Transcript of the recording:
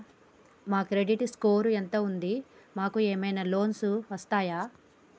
మా credit score ఎంత ఉంది? మాకు ఏమైనా లోన్స్ వస్తయా?